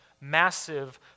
massive